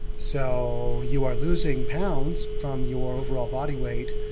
so you are losing pounds from your overall body weight,